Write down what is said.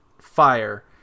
fire